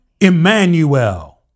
Emmanuel